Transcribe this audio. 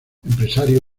empresario